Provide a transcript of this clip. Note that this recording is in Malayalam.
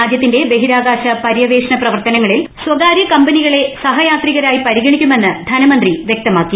രാജ്യത്തിന്റെ ബഹിരാകാശ പ്പരൂർവ്ഷണ പ്രവർത്തനങ്ങളിൽ സ്വകാര്യ കമ്പനികളിൽ സഹ്യിഴത്രികരായി പരിഗണിക്കുമെന്ന് ധനമന്ത്രി വൃക്തമാക്കി